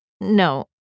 No